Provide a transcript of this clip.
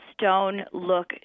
stone-look